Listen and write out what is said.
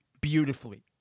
beautifully